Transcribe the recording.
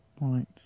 right